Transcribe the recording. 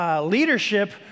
leadership